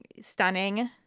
stunning